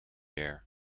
air